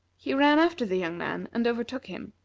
he ran after the young man, and overtook him.